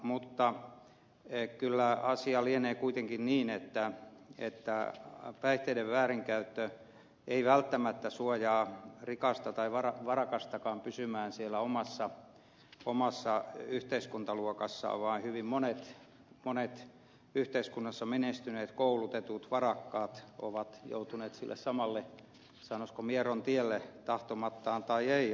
mutta kyllä asia lienee kuitenkin niin että päihteiden väärinkäyttö ei välttämättä suojaa rikasta tai varakastakaan pysymään siellä omassa yhteiskuntaluokassaan vaan hyvin monet yhteiskunnassa menestyneet koulutetut varakkaat ovat joutuneet sille samalla sanoisiko mieron tielle tahtomattaan tai ei